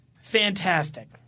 Fantastic